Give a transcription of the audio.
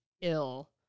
ill